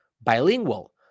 bilingual